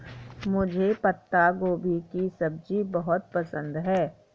मुझे पत्ता गोभी की सब्जी बहुत पसंद है